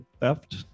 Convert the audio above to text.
theft